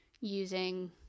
using